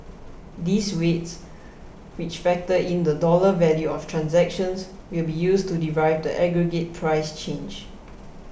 these weights which factor in the dollar value of transactions will be used to derive the aggregate price change